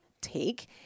take